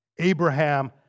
Abraham